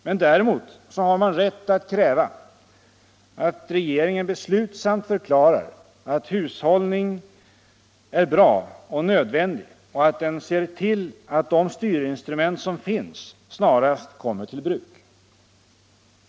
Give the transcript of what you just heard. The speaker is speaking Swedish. Men däremot har man rätt att kräva att regeringen beslutsamt förklarar att hushållning är bra och nödvändig och att den ser till att de styrinstrument som finns snarast kommer till bruk.